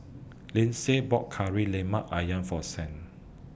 Lyndsay bought Kari Lemak Ayam For Saint